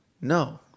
No